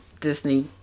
Disney